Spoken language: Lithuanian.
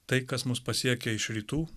tai kas mus pasiekia iš rytų